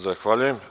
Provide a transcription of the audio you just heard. Zahvaljujem.